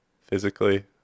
physically